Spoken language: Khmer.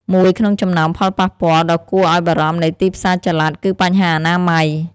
មួយក្នុងចំណោមផលប៉ះពាល់ដ៏គួរឲ្យបារម្ភនៃទីផ្សារចល័ត គឺបញ្ហាអនាម័យ។